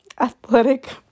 athletic